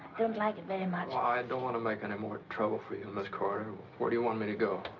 don't like it very much. well, i and don't want to make any more trouble for you, miss corder. where do you want me to go?